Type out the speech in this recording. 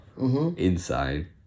insane